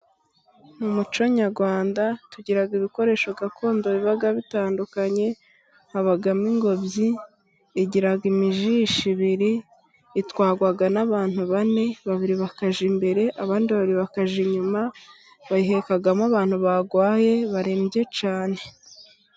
Mu muco nyarwanda, tugira ibikoresho gakondo biba bitandukanye, habamo ingobyi igira imijisho ibiri, itwarwa n'abantu bane, babiri bakajya imbere, abandi babiri bakajya inyuma, bayihekamo abantu barwaye barembye cyane.